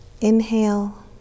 Inhale